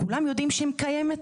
כולם יודעים שהיא קיימת,